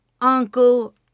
uncle